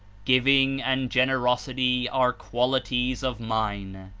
giving and generosity are qualities of mine.